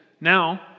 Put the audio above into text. Now